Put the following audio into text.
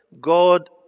God